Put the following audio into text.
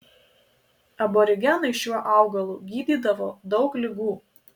aborigenai šiuo augalu gydydavo daug ligų